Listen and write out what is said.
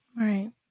Right